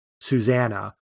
Susanna